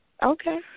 Okay